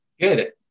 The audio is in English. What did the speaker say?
Good